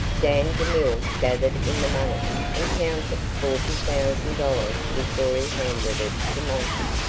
dan demille gathered in the money and counted forty thousand dollars before he handed it to monty.